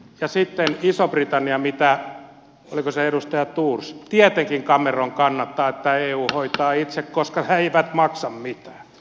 ja sitten iso britannia oliko se edustaja thors tietenkin cameron kannattaa että eu hoitaa itse koska iso britannia ei maksa mitään